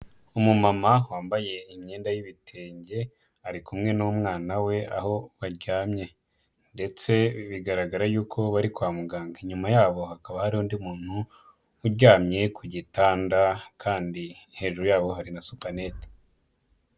Umumama wambaye imyenda y'ibitenge ari kumwe n'umwana we, aho baryamye ndetse bigaragara y'uko bari kwa muganga, inyuma yabo hakaba hari undi muntu uryamye ku gitanda kandi hejuru yabo hari na supanete.